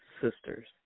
sisters